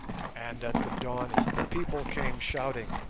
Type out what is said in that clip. and at the dawning the people came shouting,